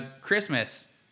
Christmas